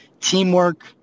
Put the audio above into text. teamwork